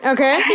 Okay